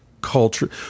culture